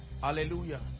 Hallelujah